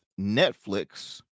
Netflix